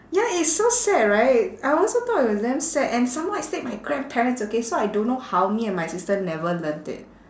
ya it's so sad right I also thought it was damn sad and some more I stayed with my grandparents okay so I don't know how me and my sister never learnt it